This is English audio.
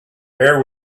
air